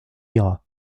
ira